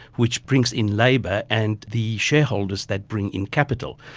which brings in labour and the shareholders that bring in capital.